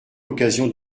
l’occasion